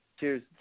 Cheers